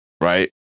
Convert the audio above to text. Right